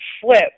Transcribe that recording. flip